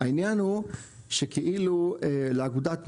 העניין הוא שכאילו, לאגודת מים,